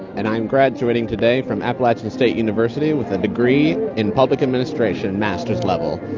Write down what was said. and i'm graduating today from appalachian state university with a degree in public administration, master's level.